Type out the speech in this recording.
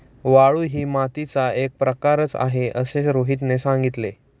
वाळू ही मातीचा एक प्रकारच आहे असे रोहितने सांगितले